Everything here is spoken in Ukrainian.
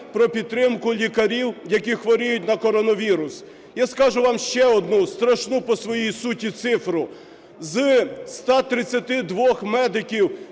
про підтримку лікарів, які хворіють на коронавірус? Я скажу вам ще одну страшну по своїй суті цифру. З 132 медиків,